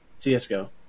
CSGO